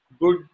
Good